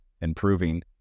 improving